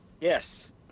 Yes